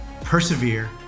persevere